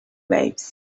waves